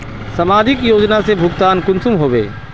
समाजिक योजना से भुगतान कुंसम होबे?